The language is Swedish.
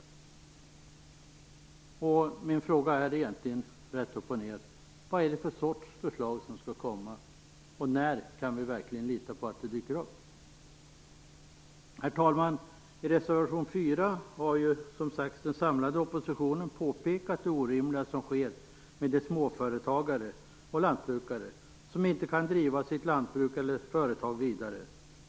Min fråga är rätt upp och ned: Vad är det för sorts förslag som skall komma, och när kan vi lita på att det verkligen dyker upp? Herr talman! I reservation 4 har den samlade oppositionen påpekat det orimliga som sker med de småföretagare och lantbrukare som inte kan driva sitt företag eller lantbruk vidare.